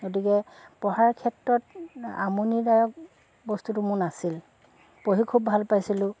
গতিকে পঢ়াৰ ক্ষেত্ৰত আমনিদায়ক বস্তুটো মোৰ নাছিল পঢ়ি খুব ভাল পাইছিলোঁ